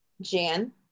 Jan